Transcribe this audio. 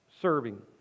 serving